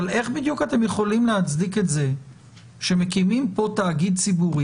אבל איך בדיוק אתם יכולים להצדיק את זה שמקימים כאן תאגיד ציבורי,